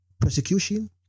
persecution